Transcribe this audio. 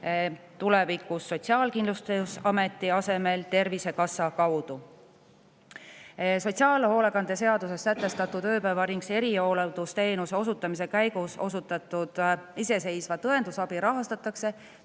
tulevikus Sotsiaalkindlustusameti asemel Tervisekassa kaudu. Sotsiaalhoolekande seaduses sätestatud ööpäevaringse erihooldusteenuse osutamise käigus osutatud iseseisvat õendusabi rahastatakse